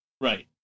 Right